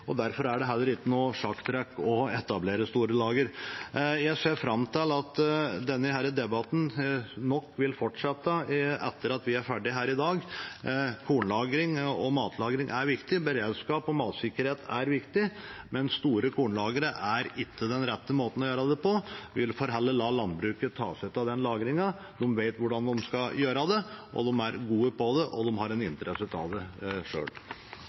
Derfor er det heller ikke noe sjakktrekk å etablere store lagre. Jeg ser fram til at denne debatten nok vil fortsette etter at vi er ferdig her i dag. Kornlagring og matlagring er viktig. Beredskap og matsikkerhet er viktig. Men store kornlagre er ikke den rette måten å gjøre det på. Vi får heller la landbruket ta seg av lagringen – de vet hvordan de skal gjøre det, de er gode på det, og de har selv en interesse av det.